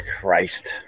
Christ